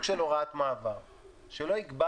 כדי שלא יגיד שהתעללנו בו.